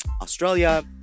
Australia